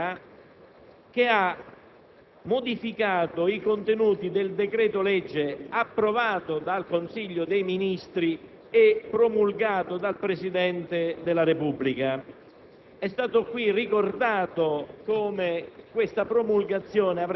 intervenute in Commissione bilancio alla Camera. Sono stati modificati i contenuti del decreto-legge approvato dal Consiglio dei ministri e promulgato dal Presidente della Repubblica.